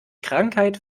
krankheit